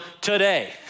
today